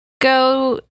go